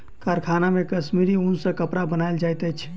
कारखाना मे कश्मीरी ऊन सॅ कपड़ा बनायल जाइत अछि